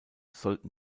sollten